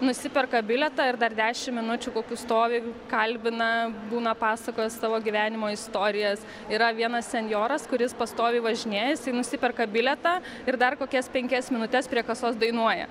nusiperka bilietą ir dar dešim minučių kokių stovi kalbina būna pasakoja savo gyvenimo istorijas yra vienas senjoras kuris pastoviai važinėja jisai nusiperka bilietą ir dar kokias penkias minutes prie kasos dainuoja